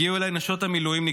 הגיעו אליי נשות המילואימניקים,